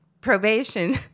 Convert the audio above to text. Probation